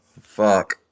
fuck